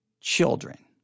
children